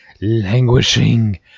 Languishing